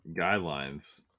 guidelines